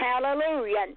Hallelujah